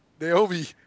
Naomi